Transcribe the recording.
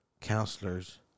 counselors